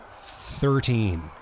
Thirteen